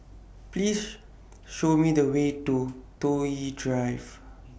Please Show Me The Way to Toh Yi Drive